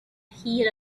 heat